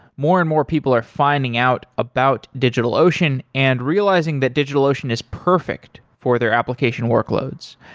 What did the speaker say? more and more people are finding out about digitalocean and realizing that digitalocean is perfect for their application workloads.